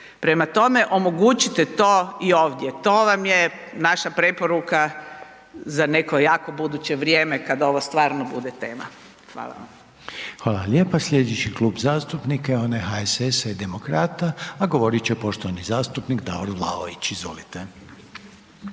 Prema tome, omogućite to i ovdje to vam je naša preporuka za neko jako buduće vrijeme kad ovo stvarno bude tema. Hvala vam. **Reiner, Željko (HDZ)** Hvala lijepa. Slijedeći Klub zastupnika je onaj HSS-a i Demokrata, a govorit će poštovani zastupnik Davor Vlaović. Izvolite.